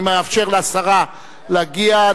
אני מאפשר לשרה להגיע.